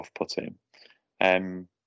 off-putting